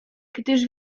gdyż